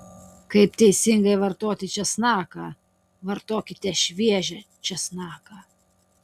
kaip teisingai vartoti česnaką vartokite šviežią česnaką